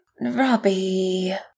Robbie